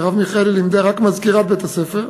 מרב מיכאלי לימדה, רק "מזכירת בית-הספר".